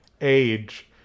age